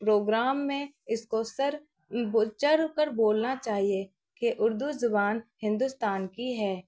programme میں اس کو سر چڑھ کر بولنا چاہیے کہ اردو زبان ہندوستان کی ہے